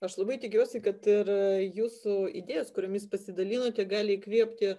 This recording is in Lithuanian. aš labai tikiuosi kad ir jūsų idėjos kuriomis pasidalinote gali įkvėpti